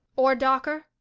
or dawker?